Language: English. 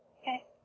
Okay